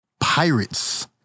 pirates